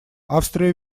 австрия